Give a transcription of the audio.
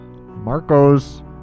Marcos